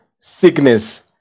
sickness